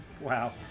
Wow